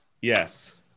Yes